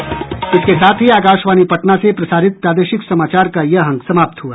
इसके साथ ही आकाशवाणी पटना से प्रसारित प्रादेशिक समाचार का ये अंक समाप्त हुआ